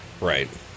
Right